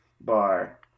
bar